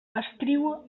escriu